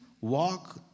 walk